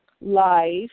life